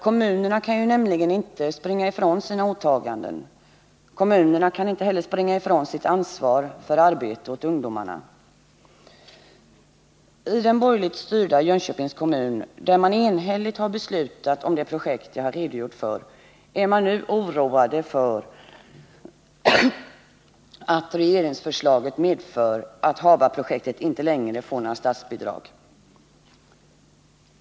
Kommunerna kan nämligen inte springa ifrån sina åtaganden, sitt ansvar för arbete åt ungdomarna. I den borgerligt styrda Jönköpings kommun, där man enhälligt har beslutat om det projekt jag har redogjort för, är man nu oroad för att regeringsförslaget medför att HABA-projektet inte längre skall få några statsbidrag.